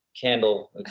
candle